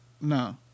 No